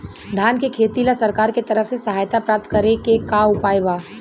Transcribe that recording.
धान के खेती ला सरकार के तरफ से सहायता प्राप्त करें के का उपाय बा?